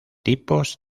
tipos